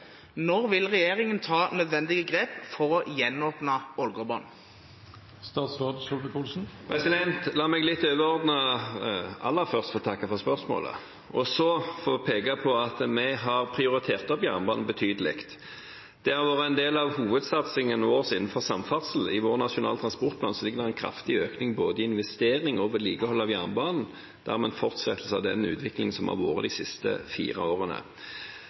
Når vil regjeringen ta nødvendige grep for å gjenåpne Ålgårdbanen?» La meg litt overordnet aller først få takke for spørsmålet og så peke på at vi har prioritert opp jernbanen betydelig. Det har vært en del av hovedsatsingen vår innenfor samferdsel. I vår Nasjonal transportplan ligger det en kraftig økning i både investering i og vedlikehold av jernbanen, dermed en fortsettelse av den utviklingen som har vært de siste fire årene.